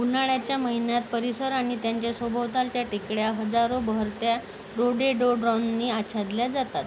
उन्हाळ्याच्या महिन्यात परिसर आणि त्याच्या सभोवतालच्या टेकड्या हजारो बहरत्या रोडेडोड्रॉननी आच्छादल्या जातात